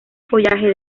follaje